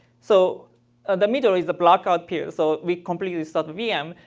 so the middle is the blackout period. so we completely start vm,